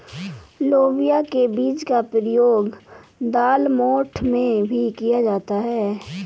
लोबिया के बीज का प्रयोग दालमोठ में भी किया जाता है